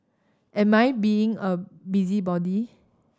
am I being a busybody